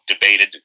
debated